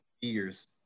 years